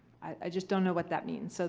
i just don't know what that means. so